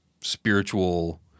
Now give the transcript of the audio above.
spiritual